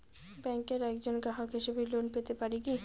ব্যাংকের একজন গ্রাহক হিসাবে লোন পেতে পারি কি?